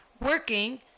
working